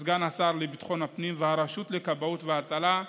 וסגן השר לביטחון הפנים והרשות לכבאות והצלה,